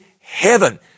heaven